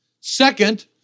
Second